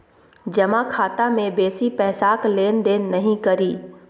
जमा खाता मे बेसी पैसाक लेन देन नहि करी